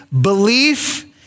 belief